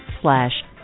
slash